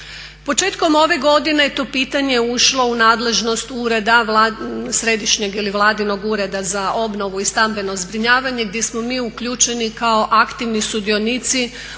Početkom ove godine to pitanje je ušlo u nadležnost ureda, središnjeg ili vladinog ureda za obnovu i stambeno zbrinjavanje gdje smo mi uključeni kao aktivni sudionici u